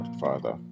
father